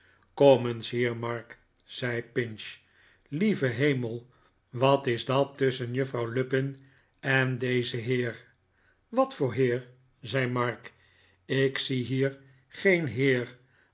kom eens hier mark zei pinch lieve hemel wat is dat tusschen juffrouw lupin en dezen heer wat voor heer zei mark ik zie hier geen heer